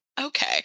okay